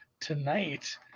tonight